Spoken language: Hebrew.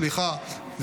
סליחה,